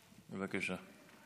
בבקשה.